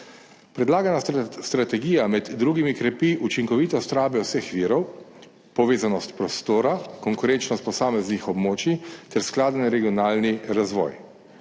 Predlagana strategija med drugim krepi učinkovitost rabe vseh virov, povezanost prostora, konkurenčnost posameznih območij ter skladen regionalni razvoj.